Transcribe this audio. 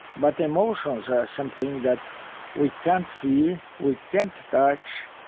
but emotions are something that we can't see, we can't touch,